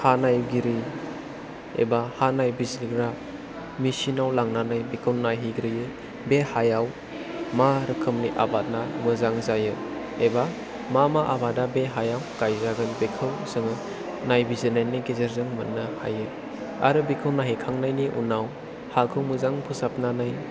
हा नायगिरि एबा हा नायबिजिरग्रा मेसिनाव लांनानै बेखौ नायहैग्रोयो बे हायाव मा रोखोमनि आबादआ मोजां जायो एबा मा मा आबादआ बे हायाव गायजागोन बेखौ जोङो नायबिजिरनायनि गेजेरजों मोननो हायो आरो बेखौ नायहैखांनायनि उनाव हाखौ मोजां फोसाबनानै